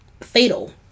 fatal